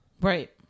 Right